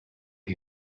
did